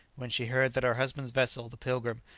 when she heard that her husband's vessel, the pilgrim,